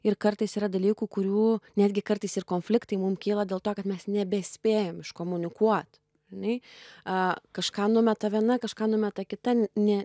ir kartais yra dalykų kurių netgi kartais ir konfliktai mum kyla dėl to kad mes nebespėjam iškomunikuot nei a kažką numeta viena kažką numeta kita ne